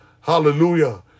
hallelujah